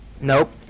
Nope